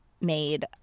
made